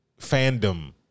fandom